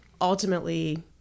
ultimately